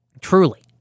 truly